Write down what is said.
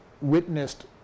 witnessed